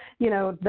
you know,